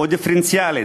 או דיפרנציאלית.